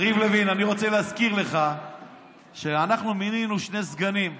אני רוצה להזכיר לך שאנחנו מינינו שני סגנים בזמנו,